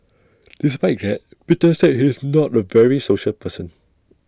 despite that Peter said he's not A very social person